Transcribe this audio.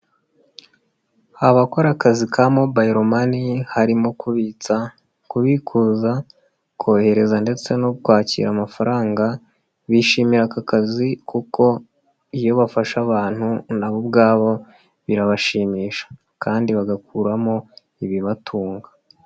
Abakora akazi ka mobile money harimo kubitsa, kubikuza, kohereza, ndetse no kwakira amafaranga, bishimira aka kazi kuko iyo bafasha abantu nabo ubwabo birabashimisha kandi bagakuramo ibibatunga.